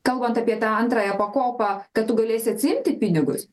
kalbant apie tą antrąją pakopą kad tu galėsi atsiimti pinigus